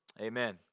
Amen